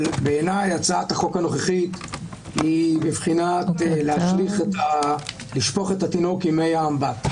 אבל בעיניי הצעת החוק הנוכחית היא בבחינת לשפוך את התינוק עם מי האמבט.